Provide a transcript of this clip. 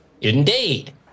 indeed